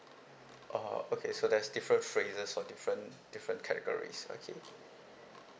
orh okay so that's different phases for different different categories okay